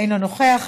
אינה נוכחת,